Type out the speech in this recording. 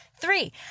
Three